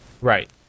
Right